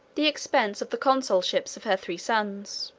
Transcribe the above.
the expense of the consulships of her three sons.